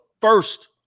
first